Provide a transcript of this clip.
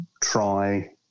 try